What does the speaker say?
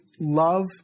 love